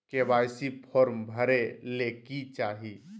KYC form भरे ले कि चाही?